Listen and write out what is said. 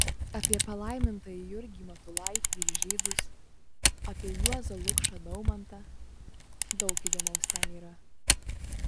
apie palaimintąjį jurgį matulaitį ir žydus apie juozą lukšą daumantą daug įdomaus ten yra